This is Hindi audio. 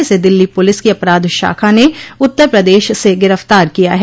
इसे दिल्ली पुलिस की अपराध शाखा ने उत्तर प्रदेश से गिरफ्तार किया है